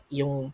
yung